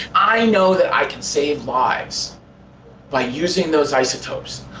i know that i can save lives by using those isotopes.